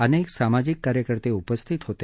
अनेक सामाजिक कार्यकर्ते उपस्थित होते